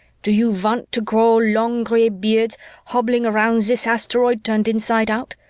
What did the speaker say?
do you want to grow long gray beards hobbling around this asteroid turned inside out?